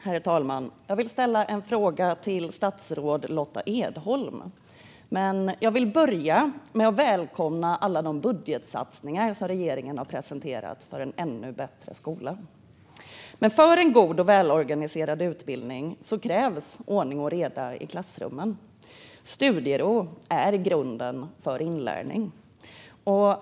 Herr talman! Jag vill ställa en fråga till statsrådet Lotta Edholm. Men jag vill börja med att välkomna alla de budgetsatsningar som regeringen har presenterat för en ännu bättre skola. Men för en god och välorganiserad utbildning krävs det ordning och reda i klassrummen. Studiero är grunden för inlärning.